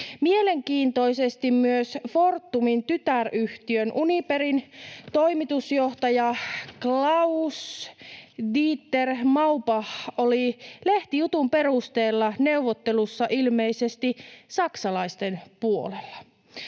Mielenkiintoisesti myös Fortumin tytäryhtiön, Uniperin, toimitusjohtaja Klaus-Dieter Maubach oli lehtijutun perusteella neuvottelussa ilmeisesti saksalaisten puolella.